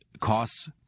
costs